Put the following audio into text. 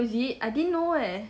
oh is it I didn't know eh